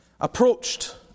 approached